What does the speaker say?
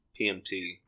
PMT